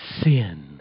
sin